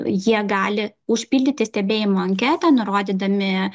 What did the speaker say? jie gali užpildyti stebėjimo anketą nurodydami